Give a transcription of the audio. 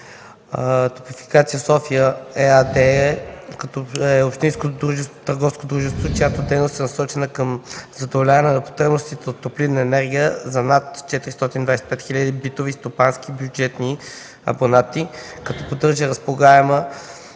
„Топлофикация София” ЕАД е общинско търговско дружество, чиято дейност е насочена към задоволяване на потребностите от топлинна енергия на над 425 хил. битови, стопански и бюджетни абонати, като поддържа разполагаема